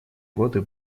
годы